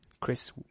Chris